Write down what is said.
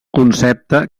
concepte